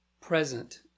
present